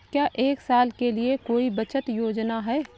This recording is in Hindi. क्या एक साल के लिए कोई बचत योजना है?